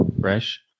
fresh